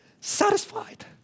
satisfied